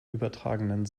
übertragenem